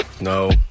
No